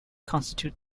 constitute